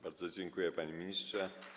Bardzo dziękuję, panie ministrze.